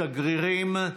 שגרירים,